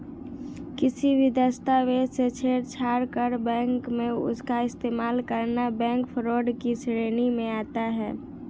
किसी भी दस्तावेज से छेड़छाड़ कर बैंक में उसका इस्तेमाल करना बैंक फ्रॉड की श्रेणी में आता है